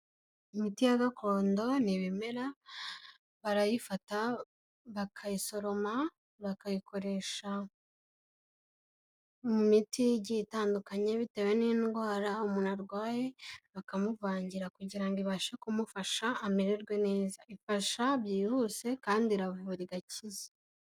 Imiti ya gakondo ni ibimera, barayifata bakayisoroma bakayikoresha mu miti itandukanye bitewe n'indwara umuntu arwaye bakamuvangira kugirango ibashe kumufasha amererwe neza, ifasha byihuse kandi iravura igakiza.